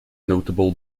notable